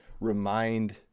remind